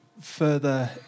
further